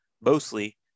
mostly